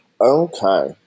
Okay